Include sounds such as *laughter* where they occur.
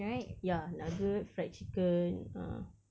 *noise* ya nugget fried chicken ah